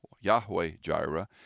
Yahweh-Jireh